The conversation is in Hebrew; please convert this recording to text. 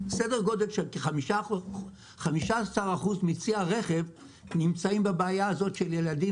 סדר גודל של כ-15% מצי הרכב שנמצאים בבעיה הזאת של ילדים